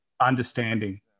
understanding